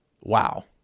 wow